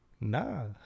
nah